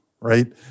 right